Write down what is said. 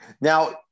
Now